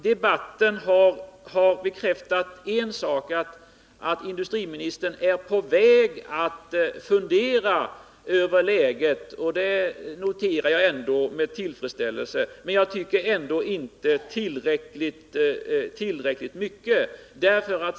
Debatten har bekräftat en sak, nämligen att industriministern håller på att fundera över läget — det noterar jag med tillfredsställelse — men jag tycker inte att det är tillräckligt.